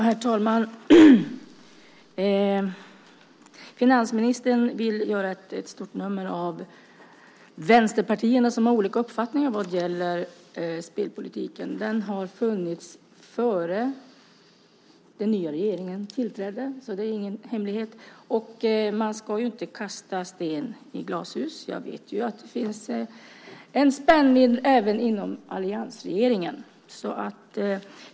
Herr talman! Finansministern vill göra ett stort nummer av vänsterpartierna som har olika uppfattningar om spelpolitiken. De har funnits innan den nya regeringen tillträdde, så det är ingen hemlighet. Man ska inte kasta sten i glashus. Jag vet att det finns en spänning även inom alliansregeringen.